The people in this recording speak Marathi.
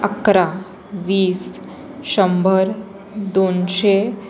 अकरा वीस शंभर दोनशे